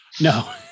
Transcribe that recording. No